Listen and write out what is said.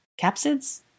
Capsids